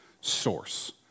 source